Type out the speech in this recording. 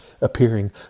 appearing